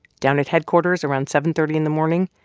down at headquarters around seven thirty in the morning,